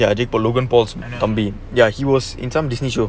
ya I did for logan paul's combi ya he was in some disney show